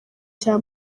cya